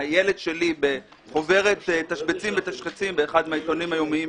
הילד שלי בחוברת תשבצים באחד העיתונים היומיים,